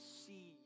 see